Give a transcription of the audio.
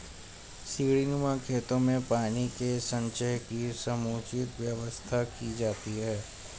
सीढ़ीनुमा खेतों में पानी के संचय की समुचित व्यवस्था की जाती है